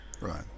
right